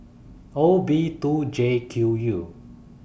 O B two J Q U